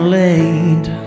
late